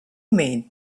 main